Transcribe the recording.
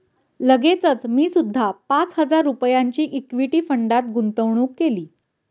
लगेचच मी सुद्धा पाच हजार रुपयांची इक्विटी फंडात गुंतवणूक केली